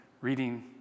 reading